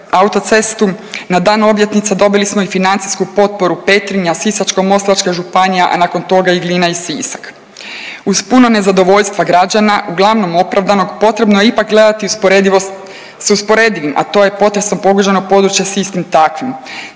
na dan obljetnica dobili smo i financijsku potporu Petrinja Sisačko-moslavačka Županija, a nakon toga i Glina i Sisak. Uz puno nezadovoljstva građana uglavnom opravdanog potrebno je ipak gledati s usporedivim, a to je potresom pogođeno područje s istim takvim.